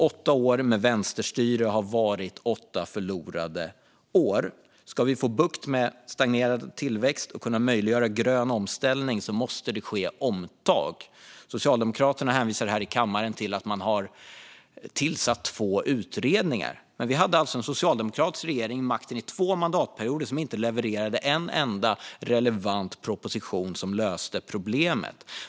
Åtta år med vänsterstyre har varit åtta förlorade år. Om vi ska få bukt med stagnerad tillväxt och kunna möjliggöra för grön omställning måste det göras omtag. Socialdemokraterna hänvisar här i kammaren till att man har tillsatt två utredningar. Vi hade alltså en socialdemokratisk regering som satt vid makten under två mandatperioder och som inte levererade en enda relevant proposition som löste problemet.